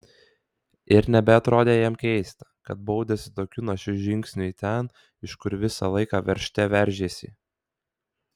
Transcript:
ir nebeatrodė jam keista kad baudėsi tokiu našiu žingsniu į ten iš kur visą laiką veržte veržėsi